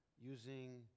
using